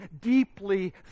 deeply